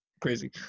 crazy